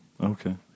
Okay